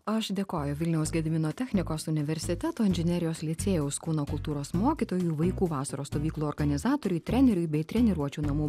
aš dėkoju vilniaus gedimino technikos universiteto inžinerijos licėjaus kūno kultūros mokytojui vaikų vasaros stovyklų organizatoriui treneriui bei treniruočių namų